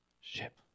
ship